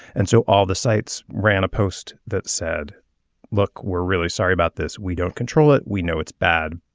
and so all the sites ran a post that said look we're really sorry about this we don't control it. we know it's bad.